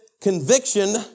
conviction